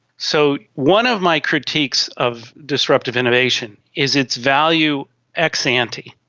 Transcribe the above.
so one of my critiques of disruptive innovation is its value ex-ante.